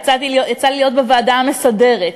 יצא לי להיות בוועדה המסדרת.